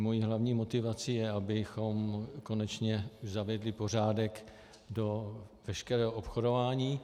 Mou hlavní motivací je, abychom konečně zavedli pořádek do veškerého obchodování.